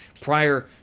prior